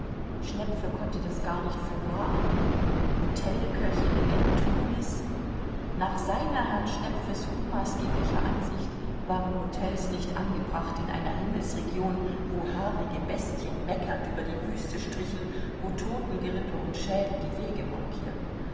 schnepfe konnte das gar nicht für wahr annehmen hotelköchinnen in tunis nach seiner herrn schnepfes unmaßgeblicher ansicht waren hotels nicht angebracht in einer himmelsregion wo haarige bestien meckernd über die wüste strichen wo totengerippe und schädel die wege markierten